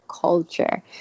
culture